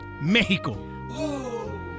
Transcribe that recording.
Mexico